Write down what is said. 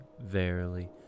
verily